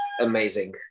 amazing